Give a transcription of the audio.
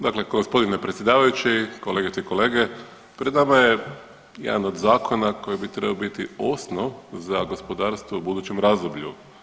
Dakle, gospodine predsjedavajući, kolegice i kolege pred nama je jedan od zakona koji bi trebao biti osnov za gospodarstvo u budućem razdoblju.